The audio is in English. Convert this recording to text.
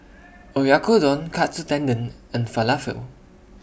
Oyakodon Katsu Tendon and Falafel